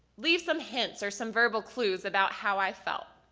leave some hints or some verbal clues about how i felt.